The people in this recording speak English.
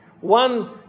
One